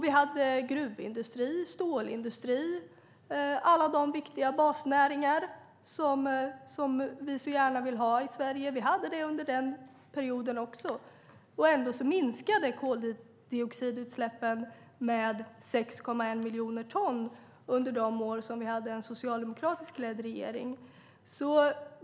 Vi hade gruvindustri, stålindustri och alla de viktiga basnäringar som vi så gärna vill ha i Sverige. Vi hade det under den perioden också, och ändå minskade koldioxidutsläppen med 6,1 miljoner ton under de år som vi hade en socialdemokratiskt ledd regering.